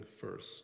first